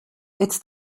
it’s